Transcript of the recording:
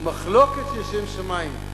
ומחלוקת שהיא לשם שמים,